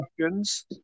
questions